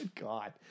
God